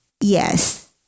Yes